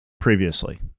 previously